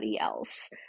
else